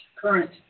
current